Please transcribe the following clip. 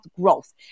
growth